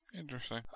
Interesting